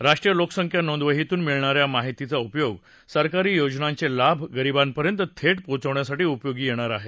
राष्ट्रीय लोकसंख्या नोंदवहीतून मिळणाऱ्या माहितीचा उपयोग सरकारी योजनांचे लाभ गरीबांपर्यंत थेट पोचवण्यासाठी उपयोगी येणार आहेत